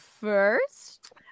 first